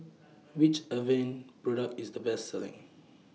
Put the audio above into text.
Which Avene Product IS The Best Selling